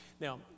Now